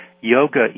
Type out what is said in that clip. yoga